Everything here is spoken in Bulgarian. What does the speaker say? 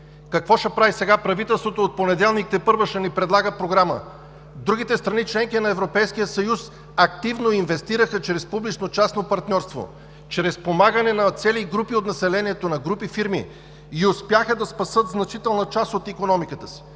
Какво ще прави сега правителството? От понеделник тепърва ще ни предлага програма. Другите страни – членки на Европейския съюз, активно инвестираха чрез публично-частно партньорство, чрез помагане на цели групи от населението, на групи фирми и успяха да спасят значителна част от икономиката си.